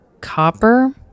copper